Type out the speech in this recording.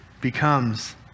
becomes